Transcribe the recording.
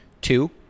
Two